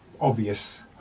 obvious